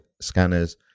scanners